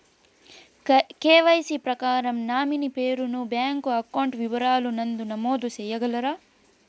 KYC ప్రకారం nominee పేరు ను బ్యాంకు అకౌంట్ వివరాల నందు నమోదు సేయగలరా?